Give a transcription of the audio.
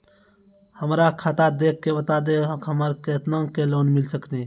हमरा खाता देख के बता देहु हमरा के केतना के लोन मिल सकनी?